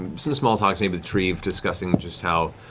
small talk's made with treev, discussing just how